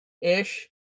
ish